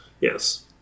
yes